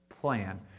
plan